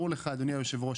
אדוני היושב-ראש,